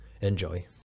Enjoy